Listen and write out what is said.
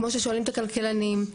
כמו ששואלים את הכלכלנים,